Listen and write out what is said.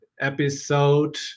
episode